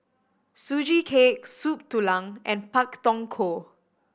Sugee Cake Soup Tulang and Pak Thong Ko